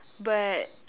but